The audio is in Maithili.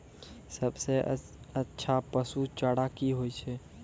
सबसे अच्छा पसु चारा की होय छै?